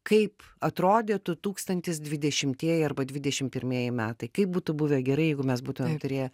kaip atrodytų tūkstantis dvidešimtieji arba dvidešim pirmieji metai kaip būtų buvę gerai jeigu mes būtumėm turėję